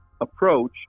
approach